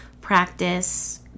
practice